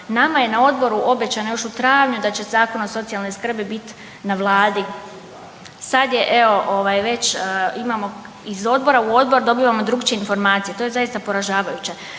Nama je na odboru obećano još u travnju da će Zakon o socijalnoj skrbi bit na Vladi, sad je već evo imamo iz odbora u odbor dobivamo drukčije informacije to je zaista poražavajuće,